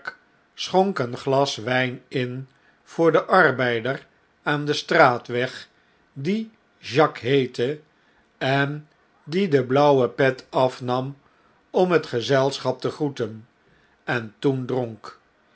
schonk een glas wjjn in voor den arbeider aan den straatweg die jacques heette en die de blauwe pet afnam om het gezelschap te groeten en toen dronk